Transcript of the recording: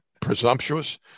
presumptuous